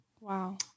Wow